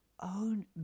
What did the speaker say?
own